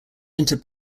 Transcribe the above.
inter